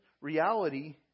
reality